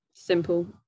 Simple